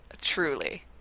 Truly